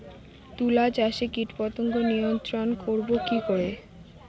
তুলা চাষে কীটপতঙ্গ নিয়ন্ত্রণর করব কি করে?